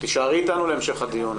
תישארי אתנו להמשך הדיון.